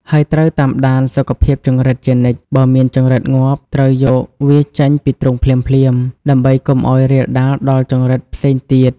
ហើយត្រូវតាមដានសុខភាពចង្រិតជានិច្ច បើមានចង្រិតងាប់ ត្រូវយកវាចេញពីទ្រុងភ្លាមៗដើម្បីកុំឲ្យរាលដាលដល់ចង្រិតផ្សេងទៀត។